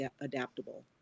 adaptable